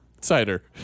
Cider